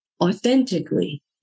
Authentically